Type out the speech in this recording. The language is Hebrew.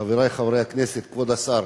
חברי חברי הכנסת, כבוד השר,